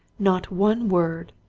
not one word!